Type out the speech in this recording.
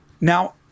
Now